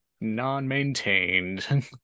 non-maintained